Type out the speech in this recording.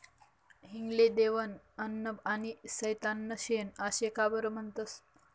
हिंग ले देवनं अन्न आनी सैताननं शेन आशे का बरं म्हनतंस?